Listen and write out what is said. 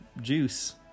juice